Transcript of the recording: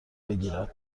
بگیرد